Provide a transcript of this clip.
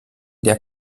der